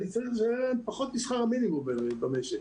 אני צריך לשלם פחות משכר המינימום במשק,